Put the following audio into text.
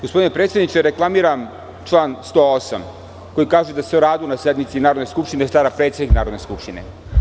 Gospodine predsedniče, reklamiram član 108. koji kaže da se o radu na sednici Narodne skupštine stara predsednik Narodne skupštine.